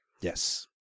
Yes